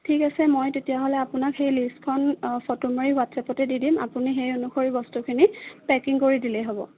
ঠিক আছে মই তেতিয়াহ'লে হেই লিষ্টখন ফটো মাৰি হোৱাটচাপতে দি দিম আপুনি হেই অনুসৰি পেকিং কৰি দিলেই হ'ব